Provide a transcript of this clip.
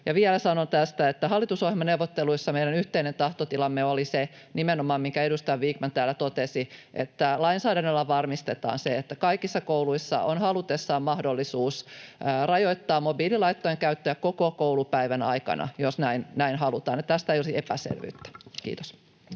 Ja vielä sanon tästä, että hallitusohjelmaneuvotteluissa meidän yhteinen tahtotilamme oli nimenomaan se, minkä edustaja Vikman täällä totesi, että lainsäädännöllä varmistetaan se, että kaikissa kouluissa on haluttaessa mahdollisuus rajoittaa mobiililaitteiden käyttöä koko koulupäivän aikana, jos näin halutaan — jotta tästä ei olisi epäselvyyttä. — Kiitos.